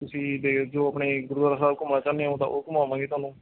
ਤੁਸੀਂ ਦੇਖ ਜੋ ਆਪਣੇ ਗੁਰਦੁਆਰਾ ਸਾਹਿਬ ਘੁੰਮਣਾ ਚਾਹੁੰਦੇ ਹੋ ਤਾਂ ਉਹ ਘੁੰਮਾਵਾਂਗੇ ਤੁਹਾਨੂੰ